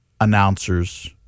announcers